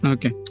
Okay